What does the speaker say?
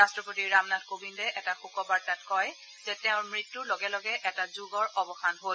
ৰাট্টপতি ৰামনাথ কোবিন্দে এটা শোকবাৰ্তাত কয় যে তেওঁৰ মৃত্যুৰ লগে লগে এটা যুগৰ অৱসান হ'ল